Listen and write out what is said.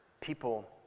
people